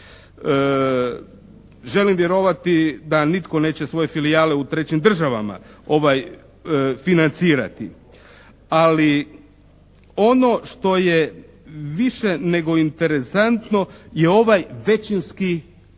Želim vjerovati da nitko neće svoje filijale u trećim državama financirati, ali ono što je više nego interesantno je ovaj većinski udio